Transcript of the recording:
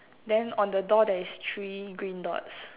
then on the door there is three green dots